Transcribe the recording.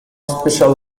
special